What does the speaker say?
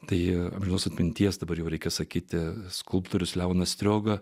tai amžinos atminties dabar jau reikia sakyti skulptorius leonas strioga